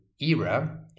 era